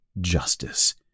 justice